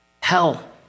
Hell